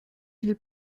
ils